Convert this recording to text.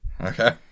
Okay